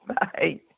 Bye